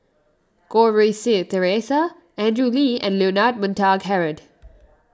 Goh Rui Si theresa Andrew Lee and Leonard Montague Harrod